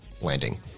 landing